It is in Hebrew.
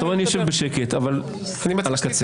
אתה רואה, אני יושב בשקט, אבל אני על הקצה.